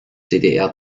ddr